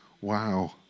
Wow